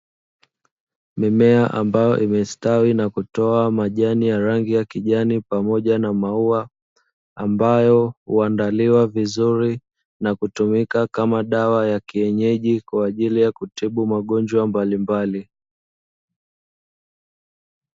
Mimea ambayo imestawi na kutoa majani ya rangi ya kijani pamoja na maua, ambayo huandaliwa vizuri na kutumika kama dawa ya kienyeji kwa ajili ya kutibu magonjwa mbalimbali.